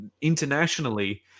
internationally